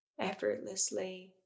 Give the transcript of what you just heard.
effortlessly